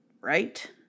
right